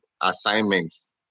assignments